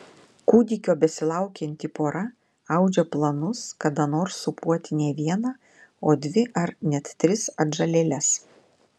kūdikio besilaukianti pora audžia planus kada nors sūpuoti ne vieną o dvi ar net tris atžalėles